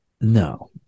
No